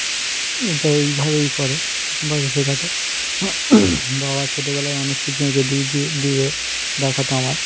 আর এটা এইভাবেই করে এরকমভাবে শেখাতো বাবা ছোটোবেলায় অনেক কিছু এঁকে দিয়ে যে দিয়ে দেখাতো আমার